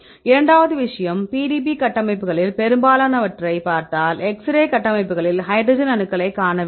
இரண்டாவது விஷயம் PDB கட்டமைப்புகளில் பெரும்பாலானவற்றை பார்த்தால் எக்ஸ்ரே கட்டமைப்புகளில் ஹைட்ரஜன் அணுக்களை காணவில்லை